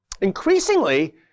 Increasingly